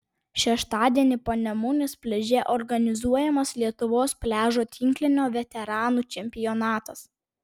šeštadienį panemunės pliaže organizuojamas lietuvos pliažo tinklinio veteranų čempionatas